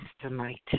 tonight